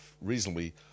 reasonably